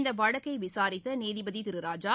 இந்த வழக்கை விசாரித்த நீதிபதி திரு ராஜா